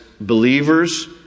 believers